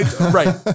Right